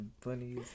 funny